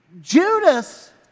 Judas